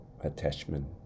attachment